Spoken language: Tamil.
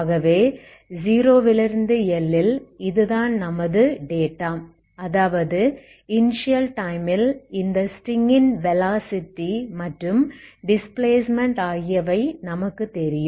ஆகவே 0 L ல் இதுதான் நமது டேட்டா அதாவது இனிஸியல் டைமில் இந்த ஸ்ட்ரிங் -ன் வெலாசிட்டி மற்றும் டிஸ்பிளேஸ்ட்மென்ட் ஆகியவை நமக்கு தெரியும்